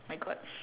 my god